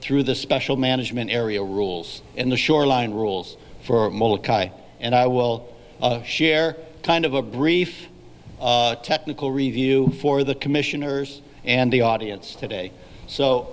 through the special management area rules and the shoreline rules for and i will share kind of a brief technical review for the commissioners and the audience today so